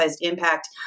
impact